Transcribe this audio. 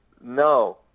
no